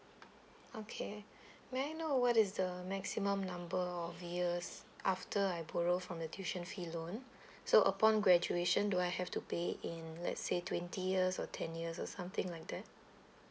okay may I know what is the maximum number of years after I borrow from the tuition fee loan so upon graduation do I have to pay in let's say twenty years or ten years or something like that